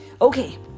Okay